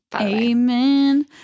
Amen